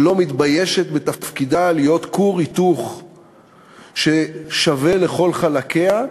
שלא מתביישת בתפקידה להיות כור היתוך ששווה לכל חלקיה,